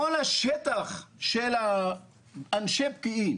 כל השטח של אנשי פקיעין